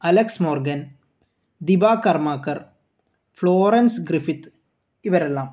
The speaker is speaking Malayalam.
Alex Morgan Deepa Karmakar Florence Griffith ഇവരെല്ലാം